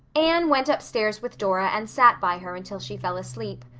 anne went upstairs with dora and sat by her until she fell asleep.